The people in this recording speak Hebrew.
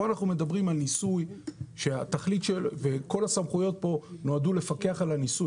כאן אנחנו מדברים על ניסוי וכל הסמכויות כאן נועדו לפקח על הניסוי.